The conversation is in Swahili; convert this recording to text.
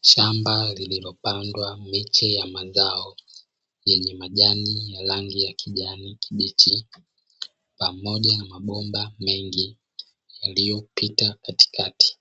Shamba lililopandwa miche ya mazao yenye majani ya rangi ya kijani kibichi pamoja na mabomba mengi yaliyopita katikati